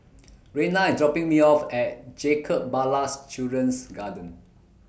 Reyna IS dropping Me off At Jacob Ballas Children's Garden